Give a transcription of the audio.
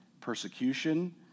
persecution